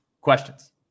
Questions